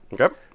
Okay